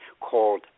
called